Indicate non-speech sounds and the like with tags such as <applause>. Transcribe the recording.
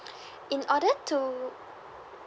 <breath> in order to